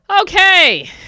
okay